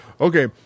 okay